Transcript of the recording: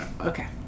Okay